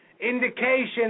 Indication